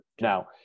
Now